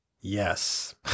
Yes